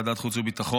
בוועדת החוץ והביטחון,